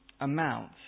amount